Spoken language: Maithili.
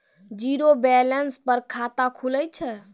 जीरो बैलेंस पर खाता खुले छै?